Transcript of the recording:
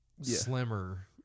slimmer